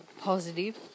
positive